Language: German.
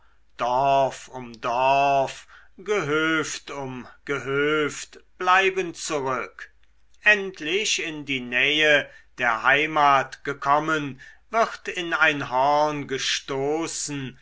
dorf um dorf gehöft um gehöft bleiben zurück endlich in die nähe der heimat gekommen wird in ein horn gestoßen